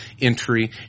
Entry